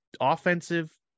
offensive